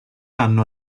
hanno